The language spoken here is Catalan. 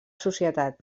societat